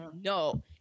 no